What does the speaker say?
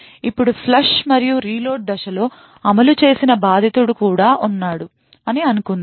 ఇప్పుడు ఫ్లష్ మరియు రీలోడ్ దశలలో అమలు చేసిన బాధితుడు కూడా ఉన్నాడు అని అనుకుందాం